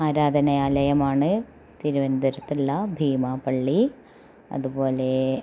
ആരാധനാലയമാണ് തിരുവന്തപുരത്തുള്ള ഭീമാപ്പള്ളി അതുപോലെ